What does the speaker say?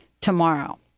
tomorrow